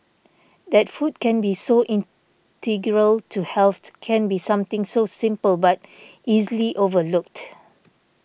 that food can be so integral to health can be something so simple but easily overlooked